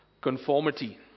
conformity